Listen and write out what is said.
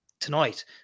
tonight